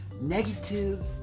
negative